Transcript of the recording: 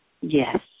Yes